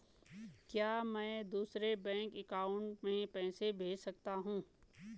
क्या मैं दूसरे बैंक अकाउंट में पैसे भेज सकता हूँ?